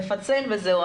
נפצל וזהו.